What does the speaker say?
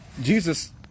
Jesus